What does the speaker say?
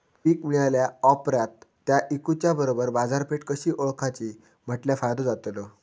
पीक मिळाल्या ऑप्रात ता इकुच्या बरोबर बाजारपेठ कशी ओळखाची म्हटल्या फायदो जातलो?